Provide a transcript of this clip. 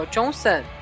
,Johnson